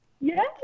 Yes